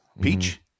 Peach